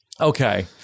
Okay